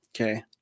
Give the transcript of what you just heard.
Okay